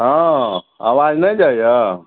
हँ आबाज नहि जाइया